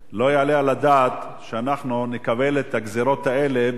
לא יעלה על הדעת שאנחנו נקבל את הגזירות האלה בגלל